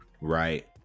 Right